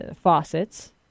faucets